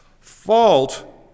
Fault